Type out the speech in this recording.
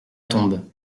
tombe